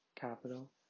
capital